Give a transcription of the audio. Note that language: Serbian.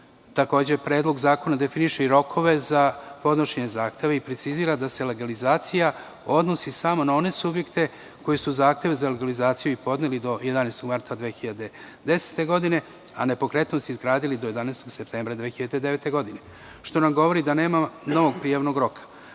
Takođe, predlog zakona definiše i rokove za podnošenje zahteva i precizira da se legalizacija odnosi samo na one subjekte koji su zahteve za legalizaciju podneli do 11. marta 2010. godine, a nepokretnosti izgradili do 11. septembra 2009. godine, što nam govori da nema novog prijavnog